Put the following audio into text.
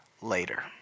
later